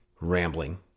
rambling